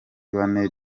bane